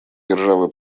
державы